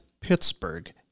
Pittsburgh